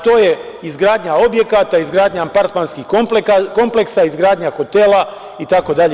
To je izgradnja objekata, izgradnja apartmanskim kompleksa, izgradnja hotela itd.